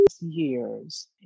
years